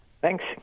Thanks